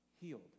healed